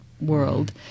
world